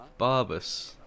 Barbus